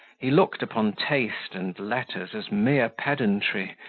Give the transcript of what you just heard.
he looked upon taste and letters as mere pedantry,